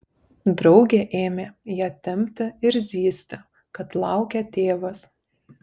draugė ėmė ją tempti ir zyzti kad laukia tėvas